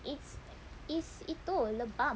it's it's itu lebam